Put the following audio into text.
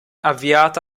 avviata